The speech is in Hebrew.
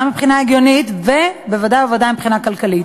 גם מבחינה הגיונית וודאי וודאי מבחינה כלכלית.